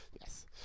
Yes